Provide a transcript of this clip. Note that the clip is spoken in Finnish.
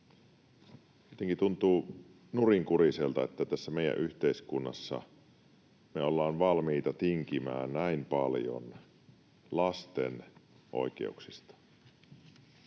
tuntuu nurinkuriselta, että tässä meidän yhteiskunnassa me ollaan valmiita tinkimään näin paljon lasten oikeuksista.